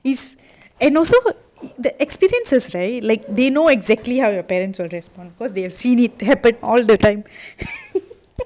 is and also the experiences right like they know exactly how your parents will respond because they have seen it happen all the time